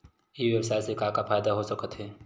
ई व्यवसाय से का का फ़ायदा हो सकत हे?